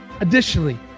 Additionally